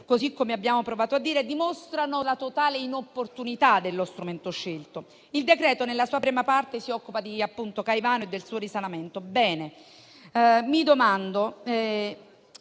così come abbiamo provato a dire, dimostrano la totale inopportunità dello strumento scelto. Il decreto-legge, nella sua prima parte, si occupa di Caivano e del suo risanamento.